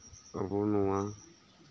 ᱟᱵᱚ ᱱᱚᱣᱟ